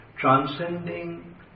Transcending